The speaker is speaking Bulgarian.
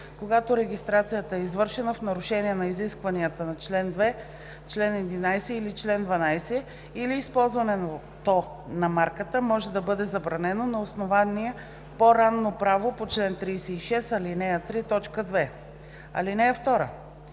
когато регистрацията е извършена в нарушение на изискванията на чл. 2, чл. 11 или чл. 12, или използването на марката може да бъде забранено на основание по-ранно право по чл. 36, ал. 3, т. 2.